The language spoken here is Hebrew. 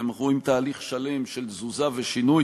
אתם רואים תהליך שלם של תזוזה ושינוי.